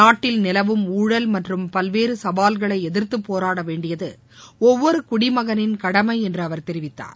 நாட்டில் நிலவும் ஊழல் மற்றும் பல்வேறு சவால்களை எதிர்த்து போராட வேண்டியது ஒவ்வொரு குடிமகனின் கடமை என்று அவர் தெரிவித்தார்